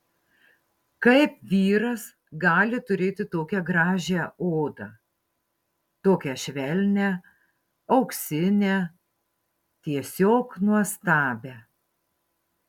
kaip vyras gali turėti tokią gražią odą tokią švelnią auksinę tiesiog nuostabią